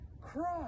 cry